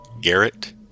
Garrett